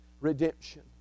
redemption